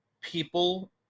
people